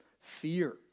fear